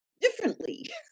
differently